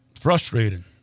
Frustrating